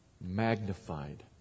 magnified